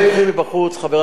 חבר הכנסת זחאלקה,